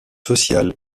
social